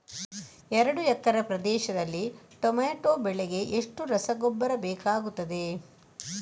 ಎರಡು ಎಕರೆ ಪ್ರದೇಶದಲ್ಲಿ ಟೊಮ್ಯಾಟೊ ಬೆಳೆಗೆ ಎಷ್ಟು ರಸಗೊಬ್ಬರ ಬೇಕಾಗುತ್ತದೆ?